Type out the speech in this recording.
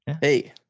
Hey